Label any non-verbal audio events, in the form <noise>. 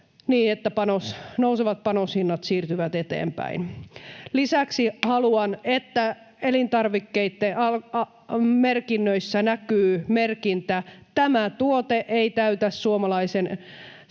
niin että nousevat panoshinnat siirtyvät eteenpäin. Lisäksi haluan, <noise> että elintarvikkeitten merkinnöissä näkyy merkintä ”Tämä tuote ei täytä suomalaisen